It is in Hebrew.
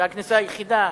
והכניסה היחידה,